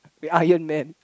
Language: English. the Iron-Man